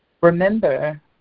Remember